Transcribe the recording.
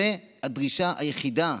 זו הדרישה היחידה,